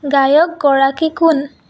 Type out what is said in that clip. গায়কগৰাকী কোন